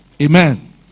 Amen